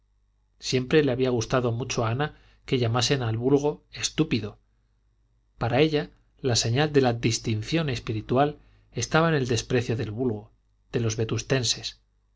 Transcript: siempre le había gustado mucho a ana que llamasen al vulgo estúpido para ella la señal de la distinción espiritual estaba en el desprecio del vulgo de los